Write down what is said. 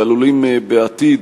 ועלולים בעתיד